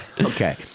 okay